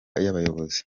y’abayobozi